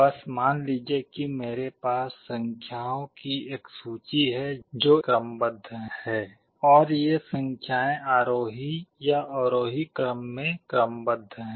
बस मान लीजिए कि मेरे पास संख्याओं की एक सूची है जो क्रमबद्ध है और ये संख्याएँ आरोही या अवरोही क्रम में क्रमबद्ध हैं